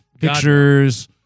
Pictures